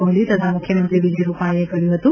કોહલી તથા મુખ્યમંત્રી વિજય રૂપાણીએ કર્યું હતું